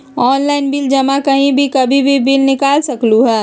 Online bill जमा कहीं भी कभी भी बिल निकाल सकलहु ह?